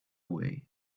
way